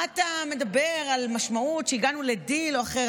מה אתה מדבר על המשמעות שהגענו לדיל או אחר?